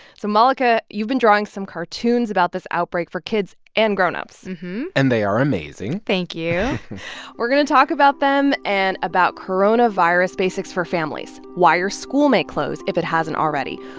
malaka, you've been drawing some cartoons about this outbreak for kids and grown-ups and they are amazing thank you we're going to talk about them and about coronavirus basics for families why your school may close, if it hasn't already,